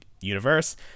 universe